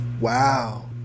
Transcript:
Wow